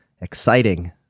exciting